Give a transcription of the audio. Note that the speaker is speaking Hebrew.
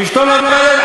ואשתו לא עובדת,